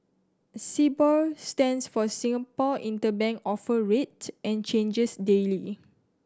Sibor stands for Singapore Interbank Offer Rate and changes daily